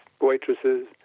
waitresses